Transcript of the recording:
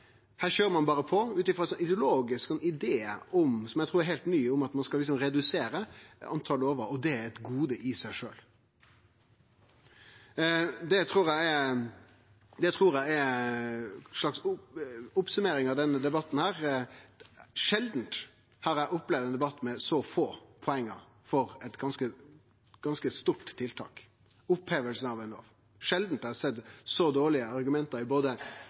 her køyrer ein berre på ut frå ein ideologisk idé, som eg trur er heilt ny, om at ein skal redusere talet på lover, og at det er eit gode i seg sjølv. Det trur eg er ei slags oppsummering av denne debatten. Sjeldan har eg opplevd ein debatt med så få poeng for eit ganske stort tiltak, opphevinga av ei lov. Sjeldan har eg sett så dårlege argument både i